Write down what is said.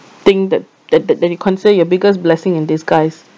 thing that that that that you consider your biggest blessing in disguise